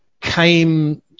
came